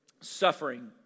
suffering